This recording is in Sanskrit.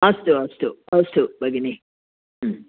अस्तु अस्तु अस्तु भगिनि